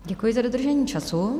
Děkuji za dodržení času.